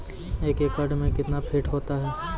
एक एकड मे कितना फीट होता हैं?